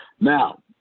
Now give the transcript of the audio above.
Now